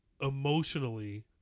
emotionally